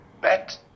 bet